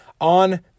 on